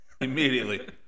Immediately